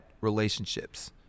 relationships